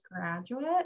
graduate